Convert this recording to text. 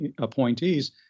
appointees